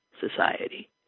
society